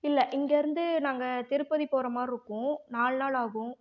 இல்லை இங்கேருந்து நாங்கள் திருப்பதி போகிற மாதிரி இருக்கும் நாலு நாள் ஆகும்